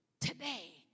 today